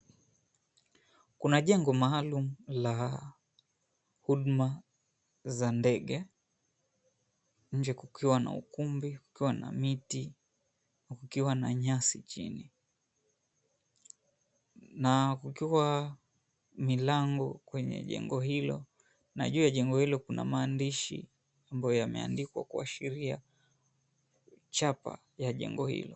Kuna jengo maalum la huduma za ndege. Nje kukiwa na ukumbi, kukiwa na miti, kukiwa na nyasi chini. Na kukiwa milango kwenye jengo hilo na juu ya jengo hilo kuna maandishi ambayo yameandikwa kuashiria chapa ya jengo hilo.